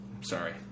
sorry